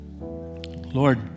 Lord